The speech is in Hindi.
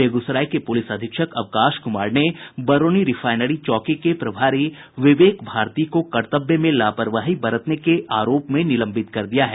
बेगूसराय के पुलिस अधीक्षक अवकाश कुमार ने बरौनी रिफायनरी चौकी के प्रभारी विवेक भारती को कर्तव्य में लापरवाही बरतने के आरोप में निलंबित कर दिया है